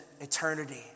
eternity